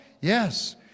Yes